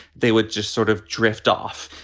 they would just sort of drift off.